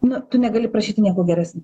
nu tu negali prašyt nieko geresnio